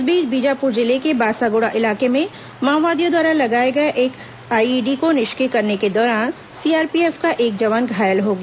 इस बीच बीजापुर जिले के बासागुड़ा इलाके में माओवादियों द्वारा लगाए गए एक आईईडी को निष्क्रिय करने के दौरान सीआरपीएफ का एक जवान घायल हो गया